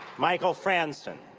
michael frandsen,